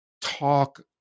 talk